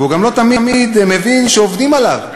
והוא גם לא תמיד מבין שעובדים עליו.